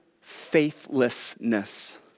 faithlessness